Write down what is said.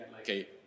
okay